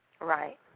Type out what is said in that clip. right